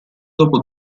dopo